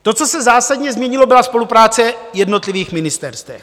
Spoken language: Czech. To, co se zásadně změnilo, byla spolupráce jednotlivých ministerstev.